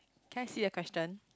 can I see the question